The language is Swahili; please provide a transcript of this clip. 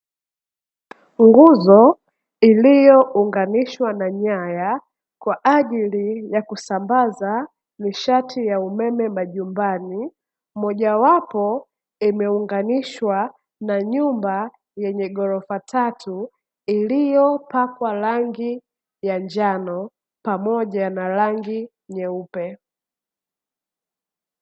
Nguzo iliyounganishwa na nyaya kwa ajili ya kusambaza nishati ya umeme majumbani, moja wapo imeunganishwa na nyumba yenye ghorofa tatu iliyopakwa rangi ya njano pamoja na rangi nyeupe.